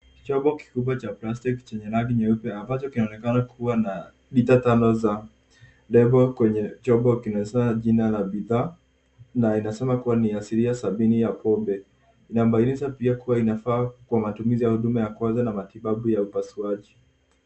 Chombo kikubwa cha plastiki chenye rangi nyeupe ambacho kinaonekana kuwa na lita tano za chombo iliyobebwa kwenye bidhaa na inasema kuwa ni asilimia sabini ya pombe. Inabainisha pia kuwa inafaa kwa matumizi ya matibabu ya upasuaji.